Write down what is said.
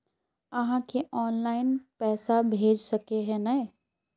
आहाँ के ऑनलाइन पैसा भेज सके है नय?